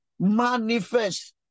manifest